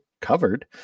covered